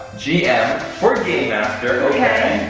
gm for game master, okay